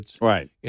Right